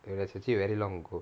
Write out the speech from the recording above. eh that's actually very long ago